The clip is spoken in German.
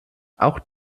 auch